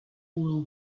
will